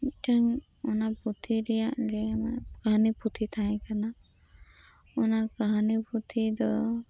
ᱢᱤᱫᱴᱮᱱ ᱚᱱᱟ ᱯᱩᱛᱷᱤ ᱨᱮᱭᱟᱜ ᱜᱮ ᱠᱟᱹᱦᱱᱤ ᱯᱩᱛᱷᱤ ᱛᱟᱦᱮᱸ ᱠᱟᱱᱟ ᱚᱱᱟ ᱠᱟᱹᱦᱱᱤ ᱯᱩᱛᱷᱤ ᱫᱚ